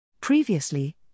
Previously